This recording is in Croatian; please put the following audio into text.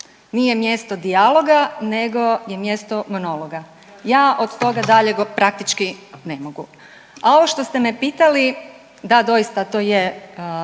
nije mjesto dijaloga, nego je mjesto monologa. Ja od toga dalje praktički ne mogu. A ovo što ste me pitali, da doista to je